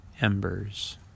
embers